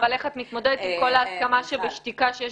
אבל איך את מתמודדת עם כל ההסכמה שבשתיקה שיש